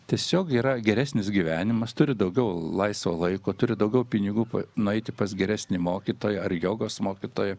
tiesiog yra geresnis gyvenimas turi daugiau laisvo laiko turi daugiau pinigų nueiti pas geresnį mokytoją ar jogos mokytoją